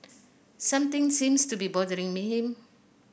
something seems to be bothering him